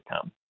come